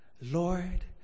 lord